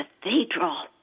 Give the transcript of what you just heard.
cathedral